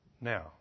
Now